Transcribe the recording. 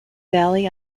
valley